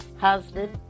husband